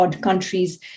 countries